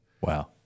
Wow